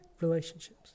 relationships